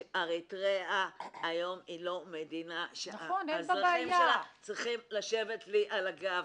אריתריאה היום היא לא מדינה שהאזרחים שלה צריכים לשבת לי על הגב.